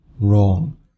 wrong